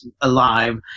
alive